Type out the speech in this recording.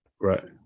Right